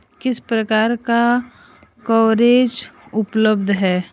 किस प्रकार का कवरेज उपलब्ध है?